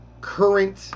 current